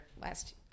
last